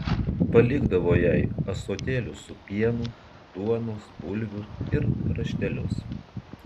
palikdavo jai ąsotėlius su pienu duonos bulvių ir raštelius